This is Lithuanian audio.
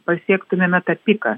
pasiektumėme tą piką